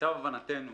למיטב הבנתנו,